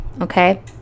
Okay